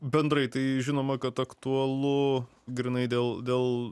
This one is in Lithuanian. bendrai tai žinoma kad aktualu grynai dėl dėl